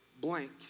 blank